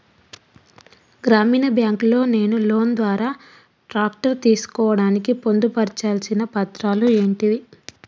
గ్రామీణ బ్యాంక్ లో నేను లోన్ ద్వారా ట్రాక్టర్ తీసుకోవడానికి పొందు పర్చాల్సిన పత్రాలు ఏంటివి?